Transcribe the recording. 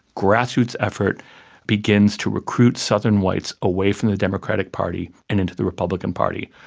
grassroots effort begins to recruit southern whites away from the democratic party and into the republican party,